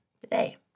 today